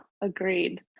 Agreed